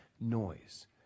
Noise